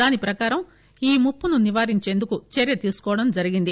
దాని ప్రకారం ఈ ముప్పును నివారించేందుకు చర్య తీసుకోవడం జరిగింది